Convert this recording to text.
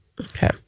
okay